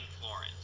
Florence